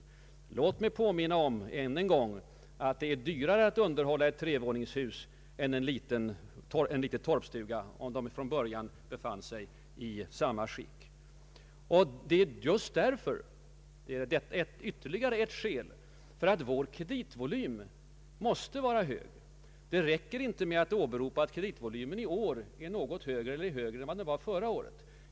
Låt mig ännu en gång påminna om att det är dyrare att underhålla ett trevåningshus än en liten torpstuga om de från början befann sig i samma skick. Det är ytterligare ett skäl till att vår kreditvolym måste vara hög. Det räcker inte att åberopa att vår kreditvolym är något högre än den var förra året.